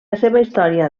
història